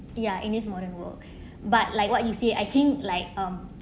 ya in this modern world but like what you say I think like um